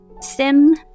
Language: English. Sim